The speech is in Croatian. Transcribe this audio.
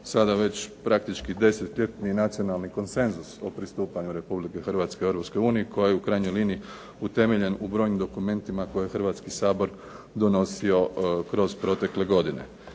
sada već praktički 10 ljetni nacionalni konsenzus o pristupanju Republike Hrvatske Europskoj uniji koji je u krajnjoj liniji utemeljen u brojnim dokumentima koje je Hrvatski sabor donosio kroz protekle godine.